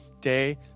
day